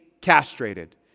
castrated